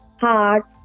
heart